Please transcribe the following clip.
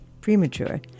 premature